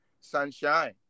sunshine